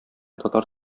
татар